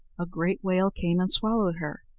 a great whale came and swallowed her.